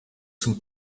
zum